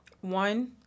One